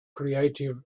creative